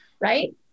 right